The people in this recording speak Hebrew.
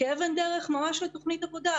כאבן דרך ממש לתכנית עבודה,